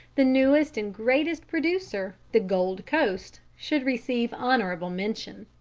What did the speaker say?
the newest and greatest producer, the gold coast, should receive honourable mention.